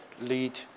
lead